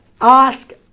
Ask